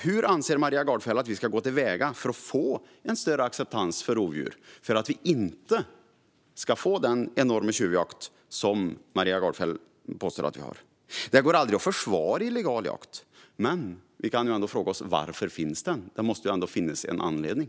Hur anser hon att vi ska gå till väga för att få en större acceptans för rovdjur, för att vi inte ska få den enorma tjuvjakt som hon påstår att vi har? Det går aldrig att försvara illegal jakt. Men vi kan ändå fråga oss varför den finns. Det måste ändå finnas en anledning.